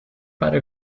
para